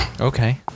Okay